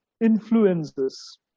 influences